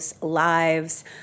lives